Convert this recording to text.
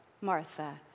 Martha